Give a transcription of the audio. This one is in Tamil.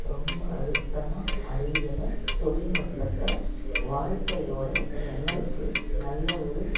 ரொம்ப அழுத்தமாக அறிவியலை தொழில் நுட்பத்தை வாழ்க்கையோடு இணைச்சி நல்ல ஒரு